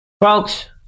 folks